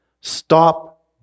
Stop